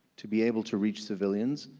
to be able to reach civilians,